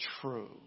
true